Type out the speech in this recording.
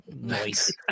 Nice